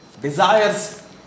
Desires